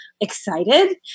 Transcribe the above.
excited